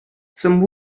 some